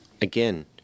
Again